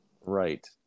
Right